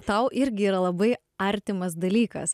tau irgi yra labai artimas dalykas